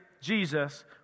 Jesus